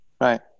right